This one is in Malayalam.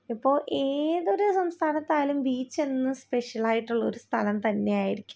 ഇപ്പോൾ ഏതൊരു സംസ്ഥാനത്തായാലും ബീച്ചെന്നും സ്പെഷ്യലായിട്ടുള്ള ഒരു സ്ഥലം തന്നെയായിരിക്കും